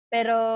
Pero